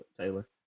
Taylor